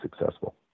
successful